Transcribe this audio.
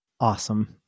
Awesome